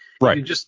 Right